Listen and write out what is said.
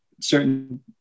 certain